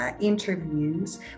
interviews